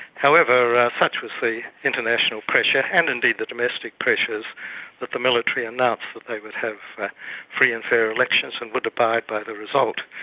however such was the international pressure, and indeed the domestic pressures that the military announced that they would have free and fair elections and would abide by the result.